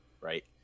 right